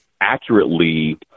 accurately